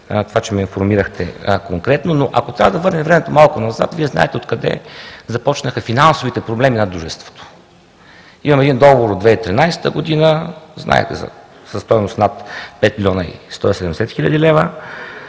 това, че ме информирахте конкретно, но ако трябва да върнем времето малко назад – Вие знаете откъде започнаха финансовите проблеми на дружеството. Имаме един договор от 2013 г., знаете за стойност над 5 млн. 170 хил. лв.